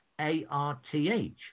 A-R-T-H